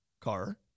car